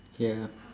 ya